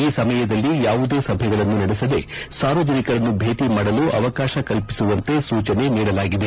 ಈ ಸಮಯದಲ್ಲಿ ಯಾವುದೇ ಸಭೆಗಳನ್ನು ನಡೆಸದೇ ಸಾರ್ವಜನಿಕರನ್ನು ಬೇಟ ಮಾಡಲು ಅವಕಾಶ ಕಲ್ಪಿಸುವಂತೆ ಸೂಚನೆ ನೀಡಲಾಗಿದೆ